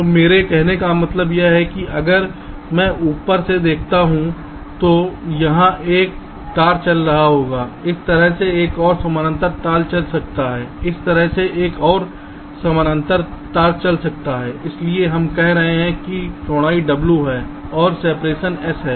तो मेरे कहने का मतलब यह है कि अगर मैं ऊपर से देखता हूं तो यहां एक तार चल रहा होगा इस तरह से एक और समानांतर तार चल सकता है इस तरह से एक और समानांतर तार चल सकता है इसलिए हम कह रहे हैं कि चौड़ाई w है और सेपरेशन s है